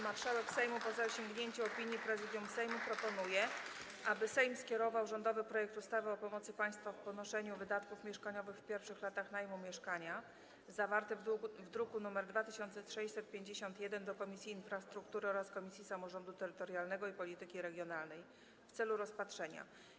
Marszałek Sejmu, po zasięgnięciu opinii Prezydium Sejmu, proponuje, aby Sejm skierował rządowy projekt ustawy o pomocy państwa w ponoszeniu wydatków mieszkaniowych w pierwszych latach najmu mieszkania, zawarty w druku nr 2651, do Komisji Infrastruktury oraz Komisji Samorządu Terytorialnego i Polityki Regionalnej w celu rozpatrzenia.